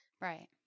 Right